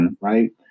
right